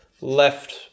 left